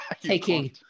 taking